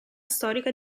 storica